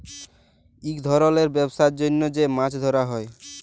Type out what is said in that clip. ইক ধরলের ব্যবসার জ্যনহ যে মাছ ধ্যরা হ্যয়